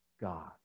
god